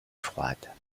froides